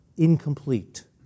incomplete